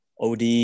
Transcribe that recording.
Od